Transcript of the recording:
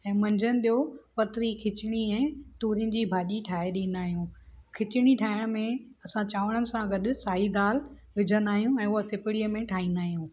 ऐं मंझंदि जो पतरी खिचड़ी ऐं तूरीनि जी भाॼी ठाहे ॾींदा आहियूं खिचड़ी ठाहिण में असां चांवरनि सां गॾु साई दाल विझंदा आहियूं ऐं उहा सिपरीअ में ठाहींदा आहियूं